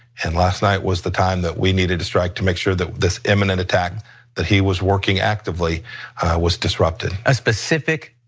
and last night was the time that we needed to strike to make sure that this imminent attack that he was working actively was disrupted. a specific,